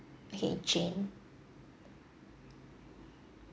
okay jane